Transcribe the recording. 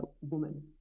woman